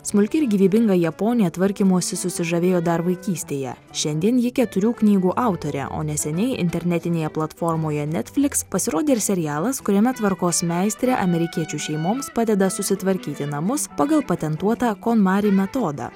smulki ir gyvybinga japonė tvarkymosi susižavėjo dar vaikystėje šiandien ji keturių knygų autorė o neseniai internetinėje platformoje netfliks pasirodė ir serialas kuriame tvarkos meistrė amerikiečių šeimoms padeda susitvarkyti namus pagal patentuotą konmari metodą